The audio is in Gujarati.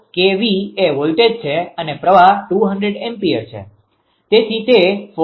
4kV એ વોલ્ટેજ છે અને પ્રવાહ 200 એમ્પીયર છે